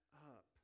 up